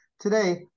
today